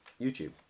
YouTube